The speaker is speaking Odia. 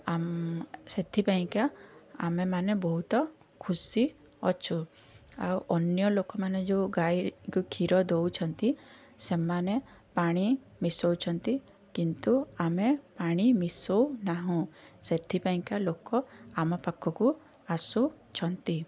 ଆମ ସେଥିପାଇଁକା ଆମେମାନେ ବହୁତ ଖୁସି ଅଛୁ ଆଉ ଅନ୍ୟ ଲୋକମାନେ ଯେଉଁ ଗାଈରୁ କ୍ଷୀର ଦେଉଛନ୍ତି ସେମାନେ ପାଣି ମିଶୋଉଛନ୍ତି କିନ୍ତୁ ଆମେ ପାଣି ମିଶୋଉ ନାହୁଁ ସେଥିପାଇଁକା ଲୋକ ଆମ ପାଖକୁ ଆସୁଛନ୍ତି